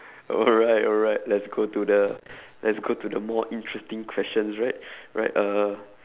alright alright let's go to the let's go to the more interesting questions right right uh